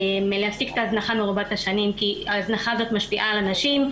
להפסיק את ההזנחה מרובת השנים כי ההזנחה הזאת משפיעה על הנשים,